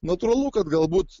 natūralu kad galbūt